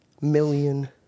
million